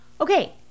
Okay